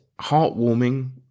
heartwarming